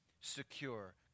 secure